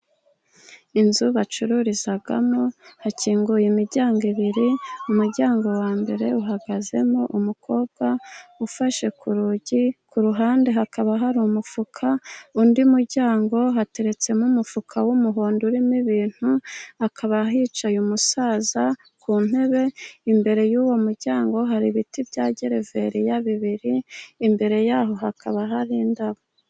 Inzu bacururizamo hakinguye imiryango ebyiri, umuryango wa mbere uhagazemo umukobwa ufashe ku rugi, ku ruhande hakaba hari umufuka undi muryango hateretsemo umufuka w'umuhondo urimo ibintu, hakaba hicaye umusaza ku ntebe imbere y'uwo muryango hari ibiti bya gereveriya bibiri, imbere y'aho hakaba hari indabo.